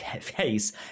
face